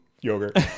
yogurt